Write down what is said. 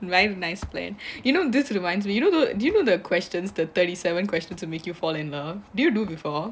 very nice plan you know this reminds me do you know do you know the questions the thirty seven questions how to make you fall in love did you do before